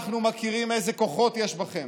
אנחנו יודעים איזה כוחות יש בכם.